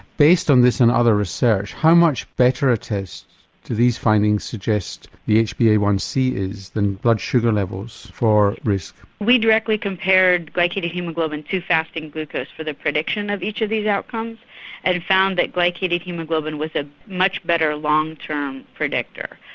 based on this and other research, how much better a test do these findings suggest the h b a one c is than blood sugar levels for at-risk? we directly compared glycated haemoglobin to fasting glucose for the prediction of each of these outcomes and found that glycated haemoglobin was a much better long term predictor.